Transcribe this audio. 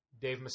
Dave